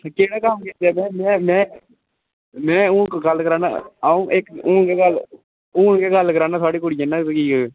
केह्ड़ा कम्म कीते दा तुसें मै मै मै हून इक गल्ल कराना अ'ऊं इक हून गै गल्ल हून गै गल्ल कराना थुआढ़ी कुड़ियै नै